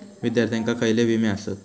विद्यार्थ्यांका खयले विमे आसत?